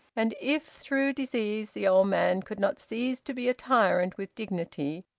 and if through disease, the old man could not cease to be a tyrant with dignity,